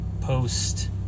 post